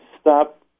stop